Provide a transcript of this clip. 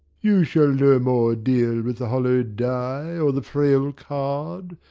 you shall no more deal with the hollow dye, or the frail card.